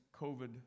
COVID